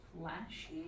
flashy